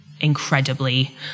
incredibly